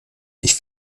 sich